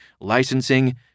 licensing